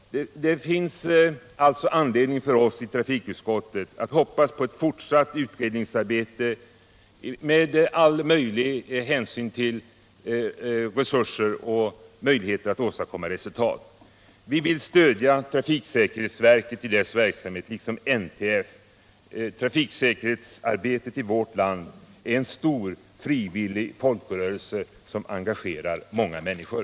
Det finns alltså anledning för oss i trafikutskottet att hoppas på ett fortsatt utredningsarbete med utnyttjande av alla tillgängliga resurser i syfte att åstadkomma resultat. Vi vill stödja trafiksäkerhetsverket i dess verksamhet liksom NTF. Trafiksäkerhetsarbetet i vårt land är en stor frivillig folkrörelse som engagerar många människor.